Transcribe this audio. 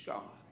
God